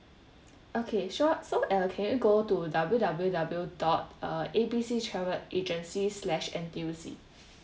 okay sure so uh can you go to W_W_W dot uh A B C travel agency slash N_T_U_C